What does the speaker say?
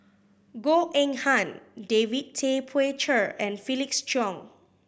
Goh Eng Han David Tay Poey Cher and Felix Cheong